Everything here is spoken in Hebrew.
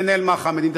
ננהל מערכה מדינית,